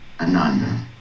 Ananda